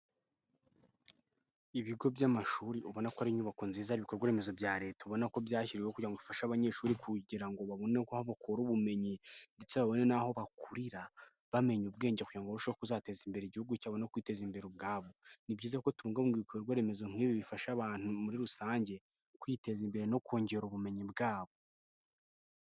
Ibigo by'amashuri ubona ko ari inyubako nziza ari ibikorwaremezo bya Leta. Ubona ko byashyiriweho kugira ngo bifashe abanyeshuri kugira ngo babone aho bakura ubumenyi ndetse babone n'aho bakurira, bamenye ubwenge kugira ngo barusheho kuzateza imbere Igihugu cyabo no kwiteza imbere ubwabo. Ni byiza ko tubungabunga ibikorwaremezo nk'ibi, bifasha abantu muri rusange. Mu kwiteza imbere no kongera ubumenyi bwabo.